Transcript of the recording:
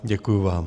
Děkuji vám.